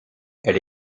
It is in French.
elle